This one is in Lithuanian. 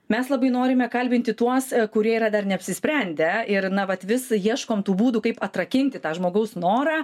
mes labai norime kalbinti tuos kurie yra dar neapsisprendę ir na vat vis ieškom tų būdų kaip atrakinti tą žmogaus norą